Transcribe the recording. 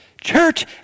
church